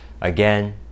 again